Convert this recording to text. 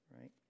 right